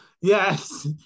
Yes